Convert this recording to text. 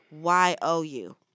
Y-O-U